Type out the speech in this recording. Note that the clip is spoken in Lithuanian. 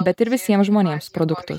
bet ir visiems žmonėms produktu